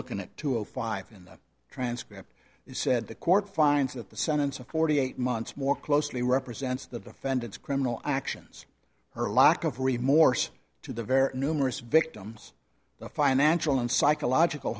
looking at two o five in the transcript he said the court finds that the sentence of forty eight months more closely represents the defendant's criminal actions her lack of remorse to the very numerous victims the financial and psychological